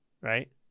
right